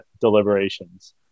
deliberations